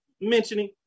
mentioning